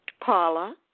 Paula